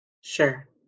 Sure